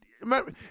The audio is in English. remember